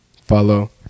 Follow